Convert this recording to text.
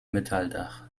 metalldach